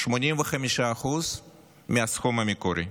85% מהסכום המקורי.